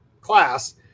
class